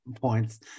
points